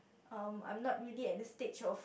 um I'm not really at the stage of